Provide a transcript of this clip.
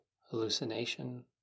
hallucination